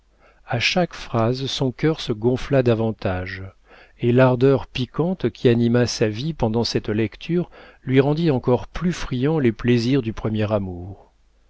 a chaque phrase son cœur se gonfla davantage et l'ardeur piquante qui anima sa vie pendant cette lecture lui rendit encore plus friands les plaisirs du premier amour